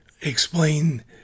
explain